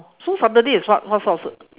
so saturday is what what sort of se~